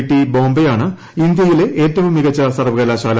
T ബോംബെയാണ് ഇന്ത്യയിലെ ഏറ്റവും മികച്ച സർവകലാശാല